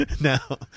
Now